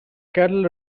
cattle